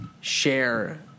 share